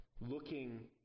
looking